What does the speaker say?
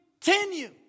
continue